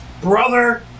brother